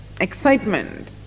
excitement